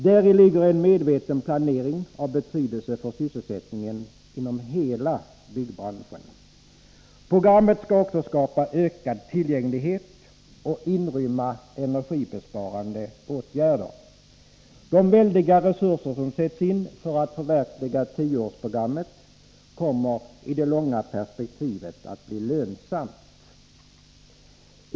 Däri ligger en medveten planering av betydelse för sysselsättningen inom hela byggbranschen. Programmet skall också skapa ökad tillgänglighet och inrymma energibesparande åtgärder. De väldiga resurser som sätts in för att förverkliga tioårsprogrammet kommer i det långa perspektivet att bli lönsamma.